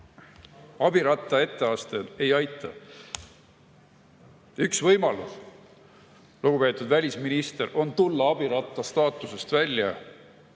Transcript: abiratta etteaste ei aita. Üks võimalus, lugupeetud välisminister, on tulla abiratta staatusest välja